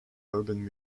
urban